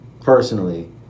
personally